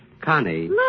Connie